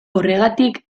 horregatik